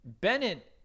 Bennett